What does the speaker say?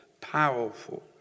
powerful